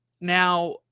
Now